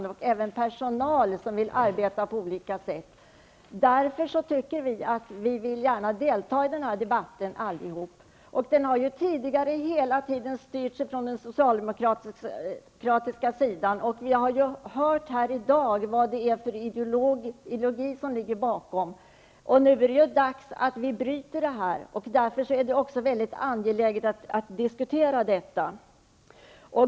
Det gäller även personal som vill arbeta på olika sätt. Därför vill vi gärna delta i den här debatten allihop. Den har tidigare hela tiden styrts från den socialdemokratiska sidan, och vi har här i dag hört vad det är för ideologi som ligger bakom. Nu är det dags att bryta med den, och därför är det också mycket angeläget att diskutera detta.